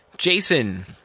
Jason